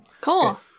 Cool